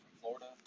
Florida